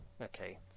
Okay